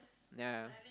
ya